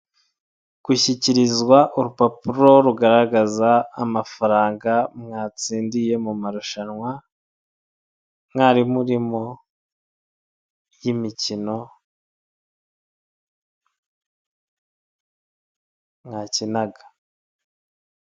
Gushyikirizwa urupapuro rugaragaza amafaranga mwatsindiye mu marushanwa mwari murimo y'imikino mwakinaga.